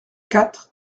quatre